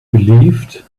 believed